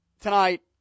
tonight